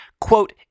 Quote